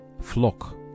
flock